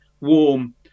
warm